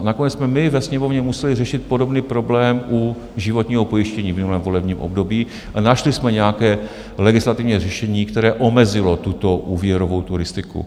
Nakonec jsme my ve Sněmovně museli řešit podobný problém u životního pojištění v minulém volebním období a našli jsme nějaké legislativní řešení, které omezilo tuto úvěrovou turistiku.